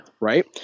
right